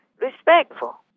respectful